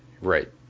Right